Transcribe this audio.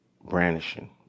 brandishing